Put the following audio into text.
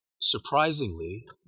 surprisingly